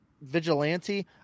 vigilante